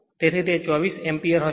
તેથી તે 24 એમ્પીયરહશે